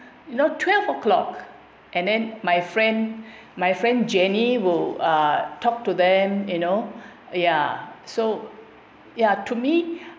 you know twelve O'clock and then my friend my friend jenny will uh talk to them you know ya so ya to me